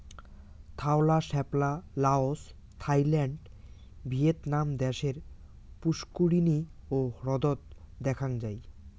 ধওলা শাপলা Laos, Thailand, Vietnam দ্যাশের পুস্কুরিনী ও হ্রদত দ্যাখাং যাই